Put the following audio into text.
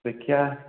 ଦେଖିବା